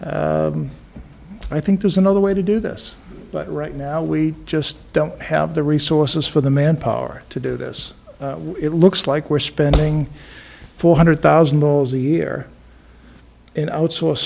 i think there's another way to do this but right now we just don't have the resources for the manpower to do this it looks like we're spending four hundred thousand dollars a year in outsource